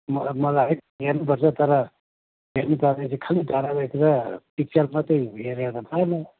मला मलाई हेर्नुपर्छ तर हेर्नुपर्ने चाहिँ खालि धारावाहिक र पिक्चर मात्रै हेरेर भएन